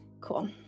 cool